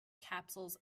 capsules